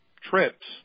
trips